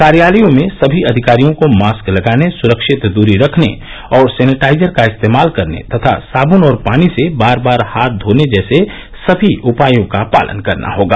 कार्यालयों में सभी अधिकारियों को मास्क लगाने सुरक्षित दूरी रखने और सेनेटाइजर का इस्तेमाल करने तथा साबुन और पानी से बार बार हाथ घोने जैसे सभी उपायों का पालन करना होगा